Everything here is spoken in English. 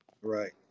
Right